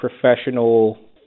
professional